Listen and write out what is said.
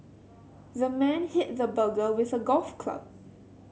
the man hit the burglar with a golf club